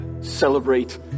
celebrate